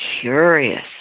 curious